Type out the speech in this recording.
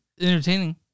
entertaining